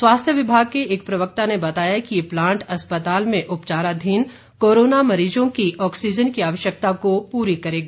स्वास्थ्य विभाग के एक प्रवक्ता ने बताया कि यह प्लांट अस्पताल में उपचाराधीन कोरोना मरीजों की ऑक्सीज़न की आवश्यकता को पूरी करेगा